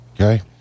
Okay